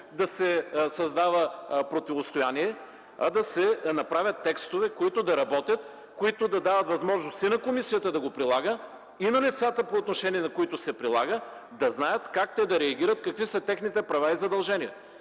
да се създава противостояние, а да се направят текстове, които да работят, които да дават възможност и на комисията да го прилага, и на лицата, по отношение на които се прилага, да знаят как те да реагират, какви са техните права и задължения.